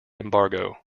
embargo